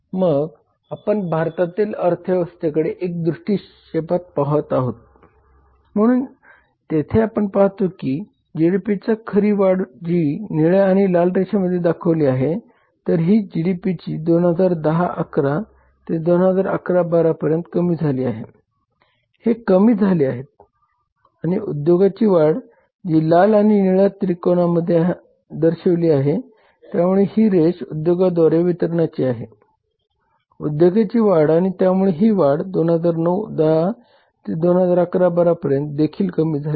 मग आपण भारतातील अर्थव्यवस्थेकडे एक दृष्टीक्षेपात पाहत आहोत म्हणून तेथे आपण पाहतो की जीडीपीची खरी वाढ जी निळ्या आणि लाल रेषेमध्ये दाखविली आहे तर ही जीडीपी वाढ 2010 11 ते 2011 12 पर्यंत कमी झाली आहे हे कमी झाले आहे आणि उद्योगाची वाढ जी लाल आणि निळा त्रिकोणा मध्ये दर्शविलेली आहे त्यामुळे ही रेष उद्योगाद्वारे वितरणाची आहे उद्योगाची वाढ आणि त्यामुळे ही वाढ 2009 10 ते 2011 12 पर्यंत देखीलकमी झालेली आहे